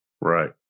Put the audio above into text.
Right